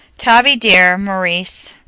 tavie dear, maurice,